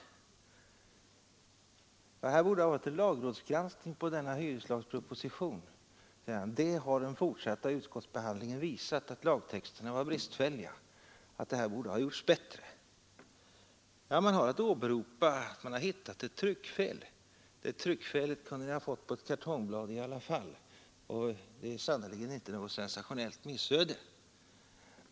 Det borde ha varit en lagrådsgranskning på denna proposition säger man. Den fortsatta utskottsbehandlingen har visat att lagtexterna var bristfälliga och att det borde ha gjorts bättre. Men vad man har att åberopa är att man hittat ett tryckfel. Det tryckfelet kunde vi ha fått på ett kartongblad i alla fall. Det är sannerligen inte något sensationellt missöde.